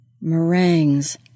Meringues